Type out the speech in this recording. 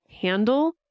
handle